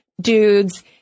dudes